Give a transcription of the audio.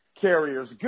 carriers